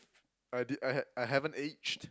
I did I had I haven't aged